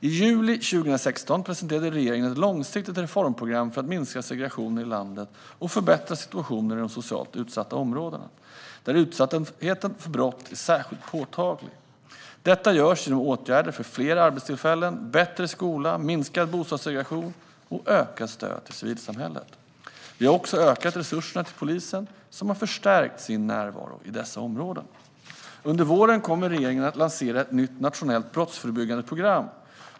I juli 2016 presenterade regeringen ett långsiktigt reformprogram för att minska segregationen i landet och förbättra situationen i de socialt utsatta områdena, där utsattheten för brott är särskilt påtaglig. Detta görs genom åtgärder för fler arbetstillfällen, bättre skola, minskad bostadssegregation och ökat stöd till civilsamhället. Vi har också ökat resurserna till polisen, som har förstärkt sin närvaro i dessa områden. Under våren kommer regeringen att lansera ett nytt, nationellt brottsförebyggande program.